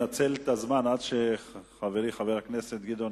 אנצל את הזמן עד שחברי חבר הכנסת גדעון